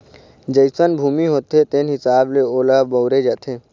जइसन भूमि होथे तेन हिसाब ले ओला बउरे जाथे